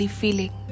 feeling